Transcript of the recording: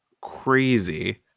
crazy